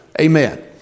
Amen